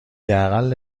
اقل